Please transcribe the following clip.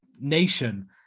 nation